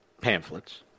pamphlets